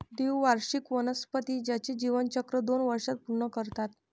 द्विवार्षिक वनस्पती त्यांचे जीवनचक्र दोन वर्षांत पूर्ण करतात